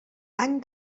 any